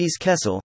Kessel